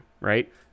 right